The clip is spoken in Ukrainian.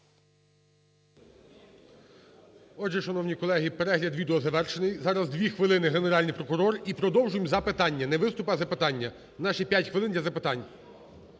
Отже, шановні колеги, перегляд відео завершений. Зараз дві хвилини -Генеральний прокурор. І продовжуємо запитання. У нас ще є 5 хвилин для запитань.